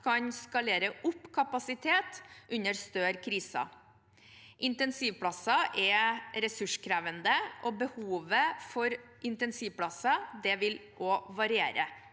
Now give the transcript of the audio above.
kan skalere opp kapasiteten under større kriser. Intensivplasser er ressurskrevende, og behovet for intensivplasser vil variere.